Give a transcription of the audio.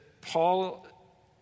Paul